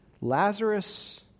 Lazarus